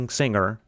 singer